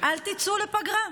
אל תצאו לפגרה.